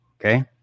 Okay